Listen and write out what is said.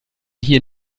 hier